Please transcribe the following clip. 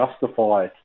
justify